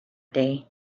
day